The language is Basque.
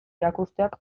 erakusteak